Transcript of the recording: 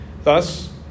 Thus